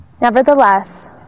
Nevertheless